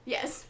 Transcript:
Yes